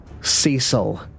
Cecil